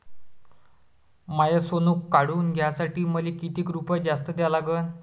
माय सोनं काढून घ्यासाठी मले कितीक रुपये जास्त द्या लागन?